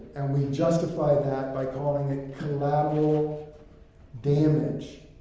and we justify that by calling it collateral damage.